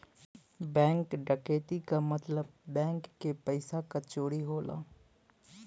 bank डकैती क मतलब बैंक के पइसा क चोरी होला